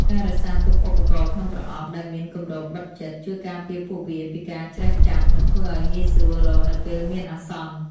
ការរក្សាទុកឧបករណ៍ក្នុងប្រអប់ដែលមានគម្របបិទជិត ជួយការពារពួកវាពីការច្រេះចាប់ និងធ្វើឱ្យងាយស្រួលរកនៅពេលមានអាសន្ន។